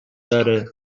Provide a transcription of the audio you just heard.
داره